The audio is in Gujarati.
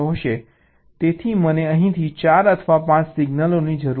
તેથી મને અહીંથી 4 અથવા 5 સિગ્નલોની જરૂર છે